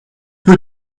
peu